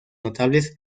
notables